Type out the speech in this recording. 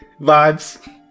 Vibes